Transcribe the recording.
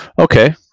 Okay